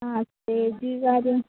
ആതേത് കാര്യം